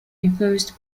influenced